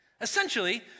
Essentially